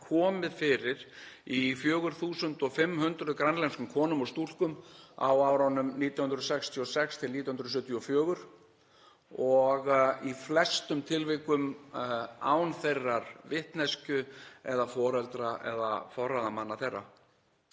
komið fyrir í 4.500 grænlenskum konum og stúlkum á árunum 1966–1974 og í flestum tilvikum án þeirra vitneskju eða foreldra eða